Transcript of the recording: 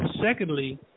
Secondly